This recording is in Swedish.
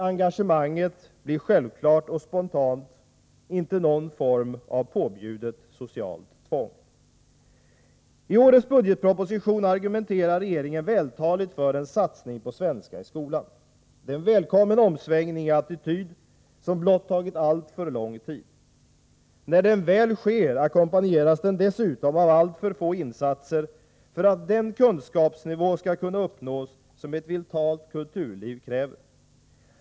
Engagemanget blir självklart och spontant, inte någon form av påbjudet socialt tvång. T årets budgetproposition argumenterar regeringen vältaligt för en satsning på svenska i skolan. Det är en välkommen omsvängning i attityd som blott tagit alltför lång tid. När den väl sker, ackompanjeras den dessutom av alltför få insatser för att den kunskapsnivå skall kunna uppnås som ett vitalt kulturliv kräver.